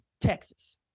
Texas